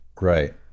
right